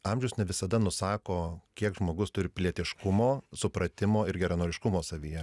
amžius ne visada nusako kiek žmogus turi pilietiškumo supratimo ir geranoriškumo savyje